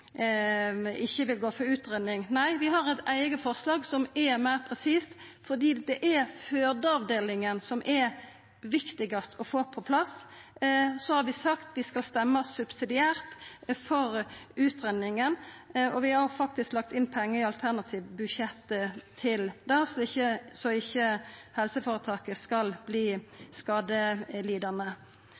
ikkje vil gå inn for utgreiing: Nei, vi har eit eige forslag som er meir presist. Fordi det er fødeavdelinga som er viktigast å få på plass, har vi sagt at vi skal stemma subsidiært for utgreiinga, og vi har faktisk lagt inn pengar til det i alternativt budsjett, slik at ikkje helseføretaket skal verta skadelidande.